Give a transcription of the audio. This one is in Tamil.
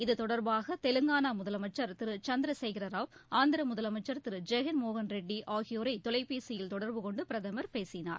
இது தொடர்பாக தெலங்கான முதலமைச்சர் திரு சந்திரசேகர ராவ் ஆந்திர முதலமைச்சர் திரு ஜெகன்மோகன் ரெட்டி ஆகியோரை தொலைபேசியில் தொடர்பு கொண்டு பிரதமர் பேசினார்